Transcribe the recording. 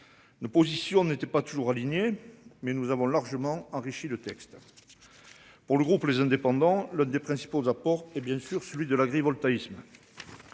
Nos positions ne n'était pas toujours alignés. Mais nous avons largement enrichi le texte. Pour le groupe les indépendants, l'autre des principaux apports et bien sûr celui de l'agrivoltaïsme.